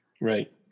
right